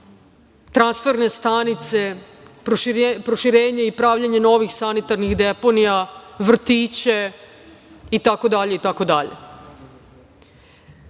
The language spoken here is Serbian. transferne stanice, proširenje i pravljenje novih sanitarnih deponija, vrtiće,